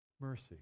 Mercy